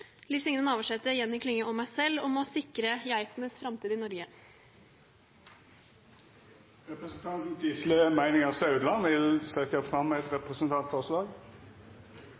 Liv Signe Navarsete, Jenny Klinge og meg selv om å sikre geitenes framtid i Norge. Representanten Gisle Meininger Saudland vil setja fram eit representantforslag.